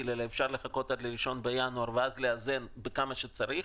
אלא אפשר לחכות עד 1 בינואר ואז לאזן כמה שצריך.